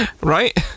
right